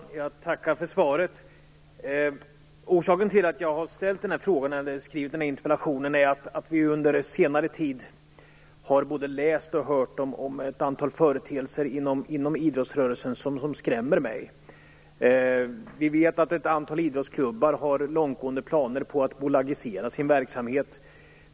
Fru talman! Jag tackar för svaret. Orsaken till att jag har ställt den här frågan, eller skrivit den här interpellationen, är att vi under senare tid både har läst och hört om ett antal företeelser inom idrottsrörelsen som skrämmer mig. Vi vet att ett antal idrottsklubbar har långtgående planer på att bolagisera sin verksamhet.